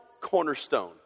cornerstone